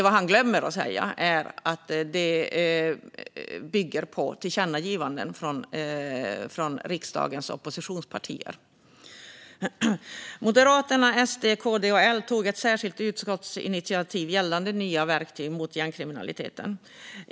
Vad han glömmer att säga är att det bygger på tillkännagivanden från riksdagens oppositionspartier. Moderaterna, SD, KD och L tog ett särskilt utskottsinitiativ gällande nya verktyg mot gängkriminaliteten.